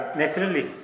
naturally